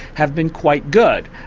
have been quite good.